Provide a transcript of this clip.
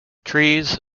trees